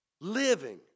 Living